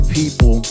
people